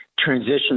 transition